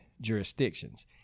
jurisdictions